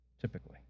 typically